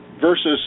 Versus